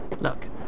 Look